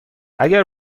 اگر